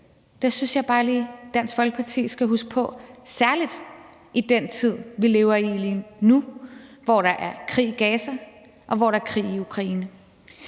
Det synes jeg bare lige Dansk Folkeparti skal huske på, særlig i den tid, vi lever i lige nu, hvor der er krig i Gaza, og hvor der er krig i Ukraine.